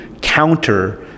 counter